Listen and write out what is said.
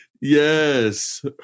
Yes